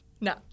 No